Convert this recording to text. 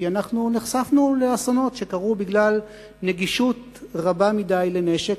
כי אנחנו נחשפנו לאסונות שקרו בגלל נגישות רבה מדי לנשק,